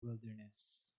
wilderness